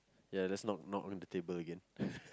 ya just knock knock on the table again